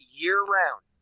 year-round